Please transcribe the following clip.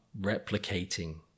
replicating